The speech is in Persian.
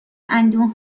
اندوه